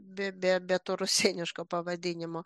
be be be to rusėniškų pavadinimų